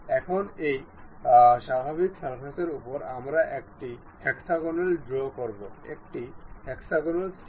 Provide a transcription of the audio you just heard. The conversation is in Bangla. আসুন আমরা কেবল এই প্লেনটি নির্বাচন করি এবং শীর্ষ প্লেনটি বলি